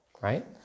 right